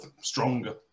stronger